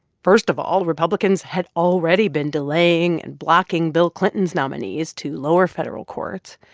first of all, republicans had already been delaying and blocking bill clinton's nominees to lower federal courts.